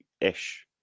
ish